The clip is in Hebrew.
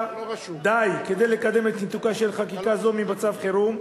די כדי לקדם את ניתוקה של חקיקה זו ממצב חירום,